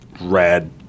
rad